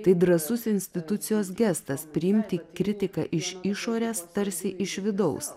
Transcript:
tai drąsus institucijos gestas priimti kritiką iš išorės tarsi iš vidaus